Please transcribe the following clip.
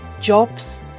jobs